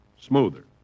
smoother